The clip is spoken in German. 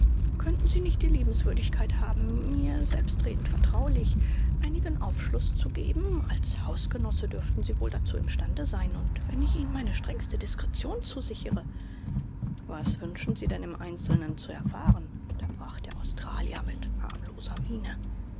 könnten sie nicht die liebenswürdigkeit haben mir selbstredend vertraulich einigen aufschluß zu geben als hausgenosse dürften sie wohl dazu imstande sein und wenn ich ihnen meine strengste diskretion zusichere was wünschen sie denn im einzelnen zu erfahren unterbrach der australier mit harmloser miene